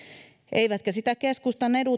eivätkä sitä keskustan